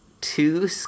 Two